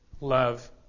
love